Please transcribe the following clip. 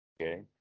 Okay